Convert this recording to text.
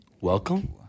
Welcome